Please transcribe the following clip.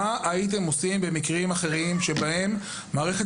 מה הייתם עושים במקרים אחרים שבהם מערכת